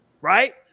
Right